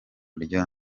rya